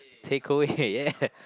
takeaway yeah